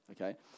Okay